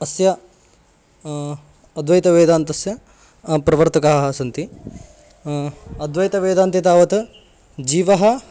अस्य अद्वैतवेदान्तस्य प्रवर्तकाः सन्ति अद्वैतवेदान्ते तावत् जीवः